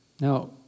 Now